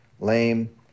lame